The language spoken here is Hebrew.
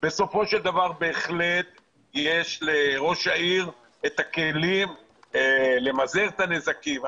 אבל בסופו של דבר בהחלט יש לראש העיר את הכלים למזער את הנזקים.